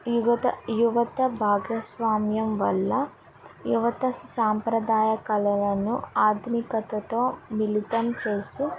యువత యువత భాగ్యస్వామ్యం వల్ల యువత సాంప్రదాయ కళలను ఆధునికతతో మిళితం చేసి